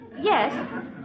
Yes